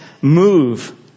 move